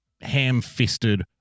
ham-fisted